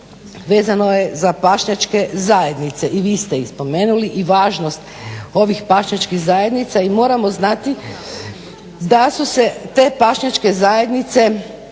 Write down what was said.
vezano je za pašnjačke zajednice. I vi ste ih spomenuli i važnost ovih pašnjačkih zajednica. I moramo znati da su se te pašnjačke zajednice